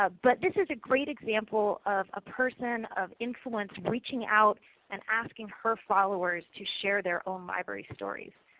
ah but this is a great example of a person of influence reaching out and asking her followers to share their own library story.